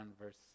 verse